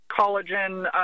collagen